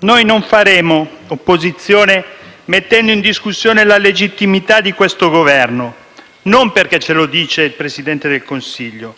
Noi non faremo opposizione mettendo in discussione la legittimità di questo Governo, non perché ce lo dice il Presidente del Consiglio,